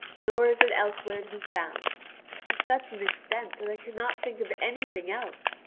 nor is it elsewhere to be found to such an extent that i cannot think of anything else,